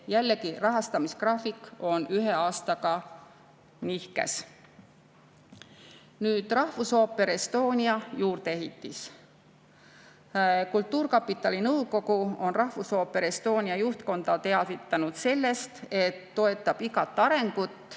jällegi, rahastamisgraafik on ühe aasta võrra nihkes. Nüüd rahvusooperi juurdeehitus. Kultuurkapitali nõukogu on Rahvusooper Estonia juhtkonda teavitanud sellest, et toetab iga arengut,